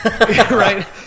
Right